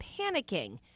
panicking